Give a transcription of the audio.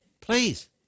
Please